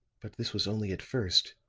but this was only at first.